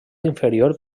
inferior